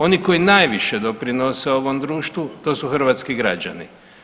Oni koji najviše doprinose ovom društvu to su Hrvatski građani.